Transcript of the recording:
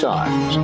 Times